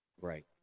Right